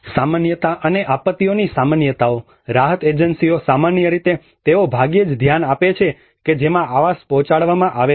સામાન્યતા અને આપત્તિઓની સામાન્યતા રાહત એજન્સીઓ સામાન્ય રીતે તેઓ ભાગ્યે જ ધ્યાન આપે છે કે જેમાં આવાસ પહોંચાડવામાં આવે છે